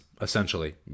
essentially